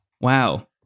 Wow